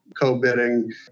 co-bidding